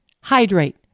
Hydrate